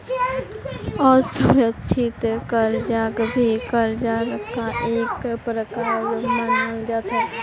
असुरिक्षित कर्जाक भी कर्जार का एक प्रकार मनाल जा छे